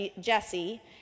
Jesse